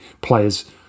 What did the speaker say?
players